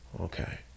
okay